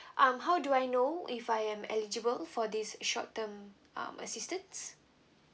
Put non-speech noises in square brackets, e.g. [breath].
[breath] um how do I know if I am eligible for this short terms uh assistance